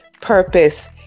purpose